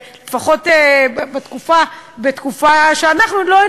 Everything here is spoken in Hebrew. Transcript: לפחות בתקופה שלנו,